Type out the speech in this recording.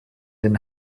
den